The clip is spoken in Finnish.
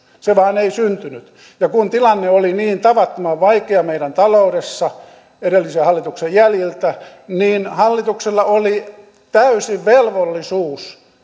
se vain ei syntynyt kun tilanne oli niin tavattoman vaikea meidän taloudessa edellisen hallituksen jäljiltä niin hallituksella oli täysi velvollisuus